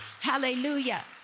Hallelujah